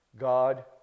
God